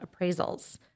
appraisals